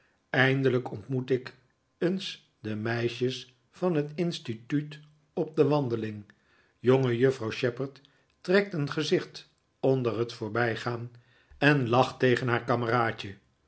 eindelijk ontmoet ik eens de meisjes van het instituut op de wandeling jongejuffrouw shepherd trekt een gezicht onder het voorbijgaan en lacht tegen haar kameraadje